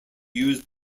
used